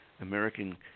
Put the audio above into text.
American